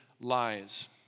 lies